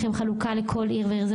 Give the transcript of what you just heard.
החלוקה לכל עיר ועיר,